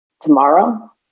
tomorrow